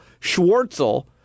Schwartzel